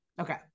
Okay